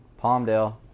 Palmdale